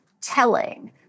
telling